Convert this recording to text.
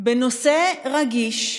בנושא רגיש,